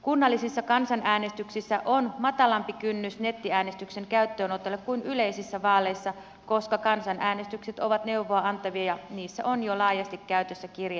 kunnallisissa kansanäänestyksissä on matalampi kynnys nettiäänestyksen käyttöönotolle kuin yleisissä vaaleissa koska kansanäänestykset ovat neuvoa antavia ja niissä on jo laajasti käytössä kirjeäänestys